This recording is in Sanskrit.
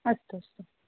अस्तु अस्तु